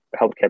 healthcare